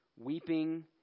weeping